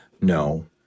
No